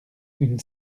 une